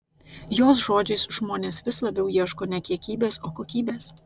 jos žodžiais žmonės vis labiau ieško ne kiekybės o kokybės